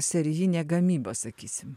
serijinė gamyba sakysim